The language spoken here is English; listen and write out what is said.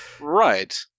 right